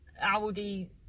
audi